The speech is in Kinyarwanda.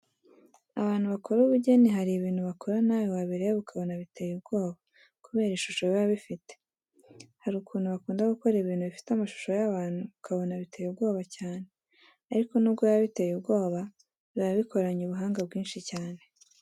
Abantu bakora ubugeni hari ibintu bakora nawe wabireba ukabona biteye ubwoba kubera ishusho biba bifite. Hari ukuntu bakunda gukora ibintu bifite amashusho y'abantu ukabona biteye ubwoba cyane, gusa ariko nubwo biba biteye ubwoba, biba bikoranye ubuhanga bwinshi cyane.